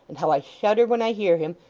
and how i shudder when i hear him,